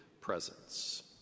presence